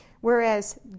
Whereas